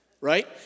right